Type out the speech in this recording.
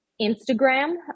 Instagram